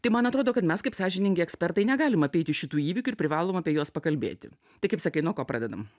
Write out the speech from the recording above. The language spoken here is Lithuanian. tai man atrodo kad mes kaip sąžiningi ekspertai negalim apeiti šitų įvykių ir privalom apie juos pakalbėti tai kaip sakai nuo ko pradedam